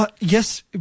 Yes